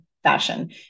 fashion